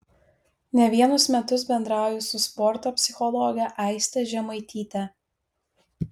ne vienus metus bendrauju su sporto psichologe aiste žemaityte